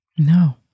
No